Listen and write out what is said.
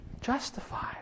justified